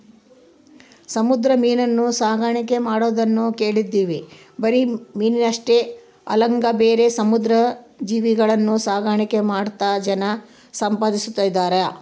ಸಮುದ್ರ ಮೀನುನ್ನ ಸಾಕಣ್ಕೆ ಮಾಡದ್ನ ಕೇಳಿದ್ವಿ ಬರಿ ಮೀನಷ್ಟೆ ಅಲ್ದಂಗ ಬೇರೆ ಸಮುದ್ರ ಜೀವಿಗುಳ್ನ ಸಾಕಾಣಿಕೆ ಮಾಡ್ತಾ ಜನ ಸಂಪಾದಿಸ್ತದರ